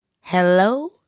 Hello